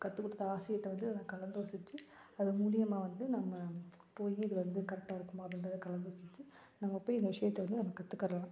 கற்றுக் கொடுத்த ஆசிரியர்கிட்ட வந்து நான் கலந்தோசித்து அதன் மூலிமா வந்து நம்ம போய் இது வந்து கரெக்டாக இருக்குமா அப்படின்றத கலந்தோசித்து நம்ம போய் இந்த விஷயத்த வந்து நம்ம கற்றுக்கர்லாம்